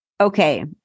Okay